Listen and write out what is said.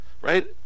right